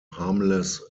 harmless